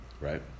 Right